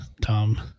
Tom